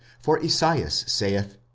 for esaias saith,